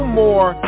more